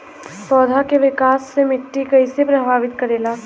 पौधा के विकास मे मिट्टी कइसे प्रभावित करेला?